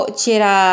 c'era